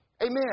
Amen